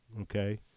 Okay